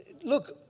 Look